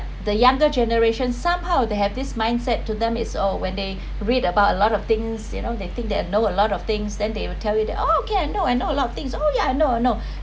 the younger generation somehow they have this mindset to them is oh when they read about a lot of things you know they think they have know a lot of things then they will tell you that oh okay I know I know a lot of things oh yeah I know I know